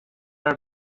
are